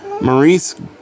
Maurice